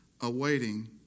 awaiting